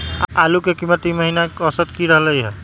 आलू के कीमत ई महिना औसत की रहलई ह?